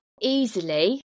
easily